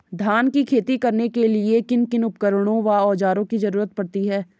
धान की खेती करने के लिए किन किन उपकरणों व औज़ारों की जरूरत पड़ती है?